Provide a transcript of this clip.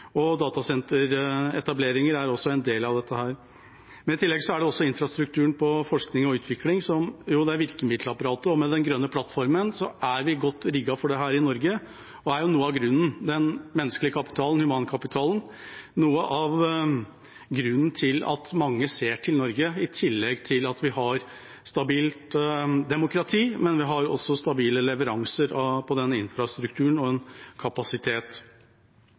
Datasenteretableringer er også en del av dette. I tillegg er infrastrukturen på forskning og utvikling virkemiddelapparatet, og med den grønne plattformen er vi godt rigget for dette i Norge. Den menneskelige kapitalen, humankapitalen, er noe av grunnen til at mange ser til Norge, i tillegg til at vi har stabilt demokrati, men vi har også stabile leveranser og kapasitet på den infrastrukturen. Så var Senterpartiet innom sin industribygging. Vel, jeg vil jo si at det er en